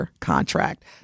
contract